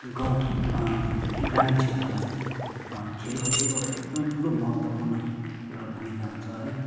गाउँ ग्रामीण क्षेत्रमा चाहिँ खेलको चाहिँ एउटा एकदमै ठुलो महत्त्वपूर्ण एउटा भूमिका हुन्छ है